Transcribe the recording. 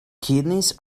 kidneys